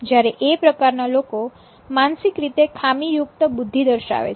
જ્યારે એ પ્રકારના લોકો માનસિક રીતે ખામીયુક્ત બુદ્ધિ દર્શાવે છે